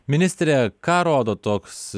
ministre ką rodo toks